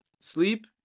Sleep